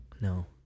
No